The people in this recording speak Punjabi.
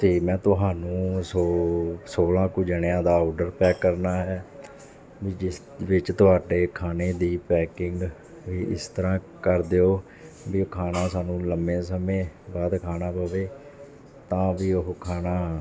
ਅਤੇ ਮੈਂ ਤੁਹਾਨੂੰ ਸੌ ਸੌਲਾਂ ਕੁ ਜਣਿਆਂ ਦਾ ਔਡਰ ਪੈਕ ਕਰਨਾ ਹੈ ਵੀ ਜਿਸ ਵਿੱਚ ਤੁਹਾਡੇ ਖਾਣੇ ਦੀ ਪੈਕਿੰਗ ਵੀ ਇਸ ਤਰ੍ਹਾਂ ਕਰ ਦਿਓ ਵੀ ਉਹ ਖਾਣਾ ਸਾਨੂੰ ਲੰਮੇ ਸਮੇਂ ਬਾਅਦ ਖਾਣਾ ਪਏ ਤਾਂ ਵੀ ਉਹ ਖਾਣਾ